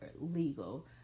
legal